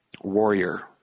warrior